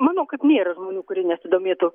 manau kad nėra žmonių kurie nesidomėtų